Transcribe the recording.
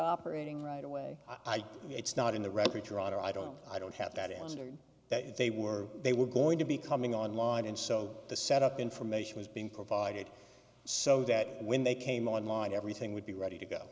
operating right away it's not in the record your honor i don't i don't have that answered that they were they were going to be coming online and so the set up information was being provided so that when they came online everything would be ready to go